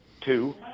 two